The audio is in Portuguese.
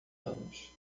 anos